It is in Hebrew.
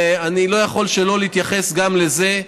ואני לא יכול שלא להתייחס גם לזה,